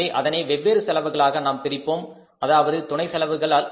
எனவே அதனை வெவ்வேறு செலவுகளாக நாம் பிரிப்போம் அதாவது துணை செலவுகள்